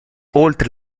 oltre